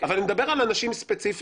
אבל אני מדבר על אנשים ספציפיים,